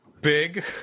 Big